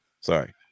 Sorry